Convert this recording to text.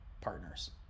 partners